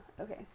okay